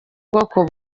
bwoko